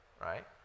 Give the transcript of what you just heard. right